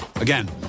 Again